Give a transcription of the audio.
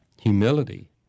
humility